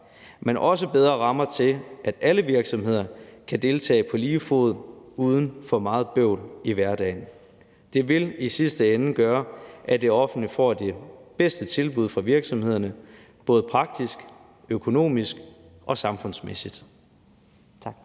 men også bedre rammer for, at alle virksomheder kan deltage på lige fod uden for meget bøvl i hverdagen. Det vil i sidste ende gøre, at det offentlige får det bedste tilbud fra virksomhederne både praktisk, økonomisk og samfundsmæssigt.